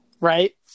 Right